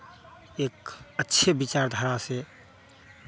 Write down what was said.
एक अच्छे विचार धारा से